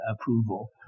approval